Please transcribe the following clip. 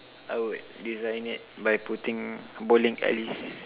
I would design it by putting bowling alleys